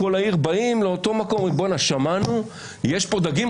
כולם מגיעים לאותו מקום כי שמעו שיש כאן דגים,